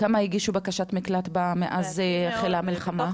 כמה הגישו בקשת מקלט מאז החלה המלחמה?